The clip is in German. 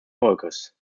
volkes